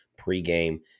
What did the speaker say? pregame